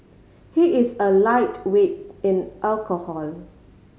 he is a lightweight in alcohol